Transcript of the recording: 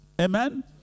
Amen